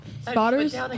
Spotters